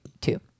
two